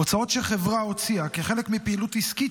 הוצאות שחברה הוציאה כחלק מפעילות עסקית